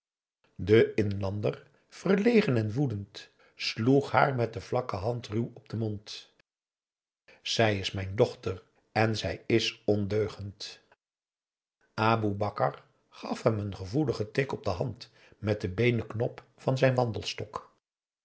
de inlander verlegen en woedend sloeg haar met de vlakke hand ruw op den mond ij is mijn dochter en zij is ondeugend aboe bakar gaf hem een gevoeligen tik op de hand met den beenen knop van zijn wandelstok